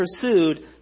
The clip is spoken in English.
pursued